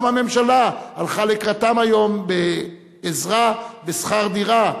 גם הממשלה הלכה לקראתן היום בעזרה בשכר דירה.